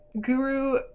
Guru